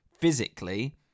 physically